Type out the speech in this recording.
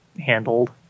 handled